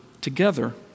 together